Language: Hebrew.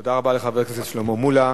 תודה רבה לחבר הכנסת שלמה מולה.